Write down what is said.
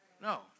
No